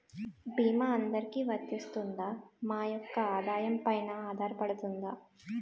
భీమా అందరికీ వరిస్తుందా? మా యెక్క ఆదాయం పెన ఆధారపడుతుందా?